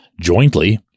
jointly